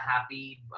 happy